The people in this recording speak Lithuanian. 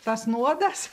tas nuodas